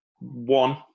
one